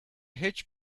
hitch